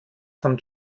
von